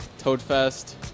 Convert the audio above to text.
Toadfest